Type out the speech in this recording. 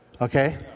Okay